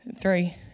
three